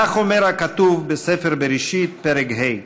כך אומר הכתוב בספר בראשית, פרק ה':